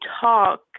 talk